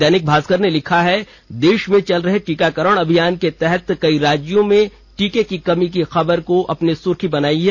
दैनिक भास्कर ने लिखा है देश में चल रहे टीकाकरण अभियान के तहत कई राज्यों में टीके की कमी की खबर को अपनी सुर्खी बनाई है